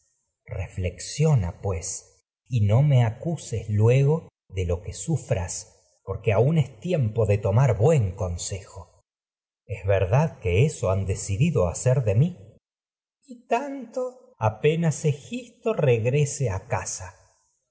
desdichas pues y reflexiona no me acuses luego de lo que sufras porque aun es tiempo de tomar buen consejo electra de es verdad que eso han decidido hacer mi crisótemis y tanto apenas electra pues si para eso es egisto regrese a casa